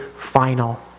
final